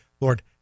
Lord